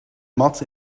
mat